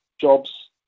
jobs